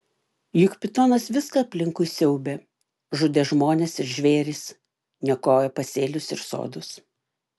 juk pitonas viską aplinkui siaubė žudė žmones ir žvėris niokojo pasėlius ir sodus